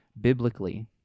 biblically